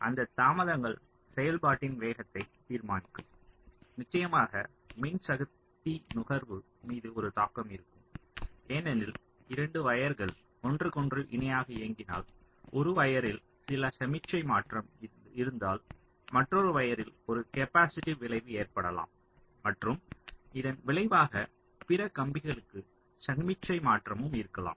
அந்த தாமதங்கள் செயல்பாட்டின் வேகத்தை தீர்மானிக்கும் நிச்சயமாக மின்சக்தி நுகர்வு மீது ஒரு தாக்கம் இருக்கும் ஏனெனில் 2 வயர்கள் ஒன்றுக்கொன்று இணையாக இயங்கினால் ஒரு வயரில் சில சமிக்ஞை மாற்றம் இருந்தால் மற்றொறு வயரில் ஒரு கேப்பாசிட்டிவ் விளைவு ஏற்படலாம் மற்றும் இதன் விளைவாக பிற கம்பிக்கு சமிக்ஞை மாற்றமும் இருக்கலாம்